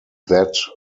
that